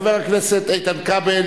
כספי בגין ביטול עסקה,